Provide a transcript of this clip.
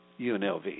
UNLV